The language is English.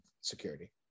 security